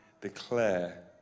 declare